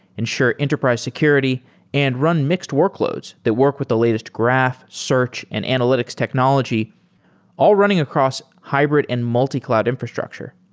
ensure enterprise security and run mixed workloads that work with the latest graph, search and analytics technology all running across hybrid and multi-cloud infrastructure.